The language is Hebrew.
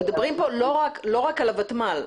אנחנו מדברים כאן לא רק על הוותמ"ל.